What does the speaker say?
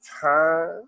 time